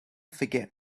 forget